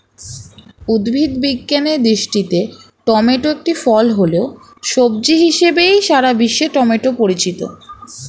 উদ্ভিদ বিজ্ঞানের দৃষ্টিতে টমেটো একটি ফল হলেও, সবজি হিসেবেই সারা বিশ্বে টমেটো পরিচিত